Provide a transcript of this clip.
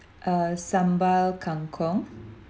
uh sambal kangkong